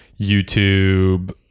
YouTube